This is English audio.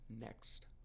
next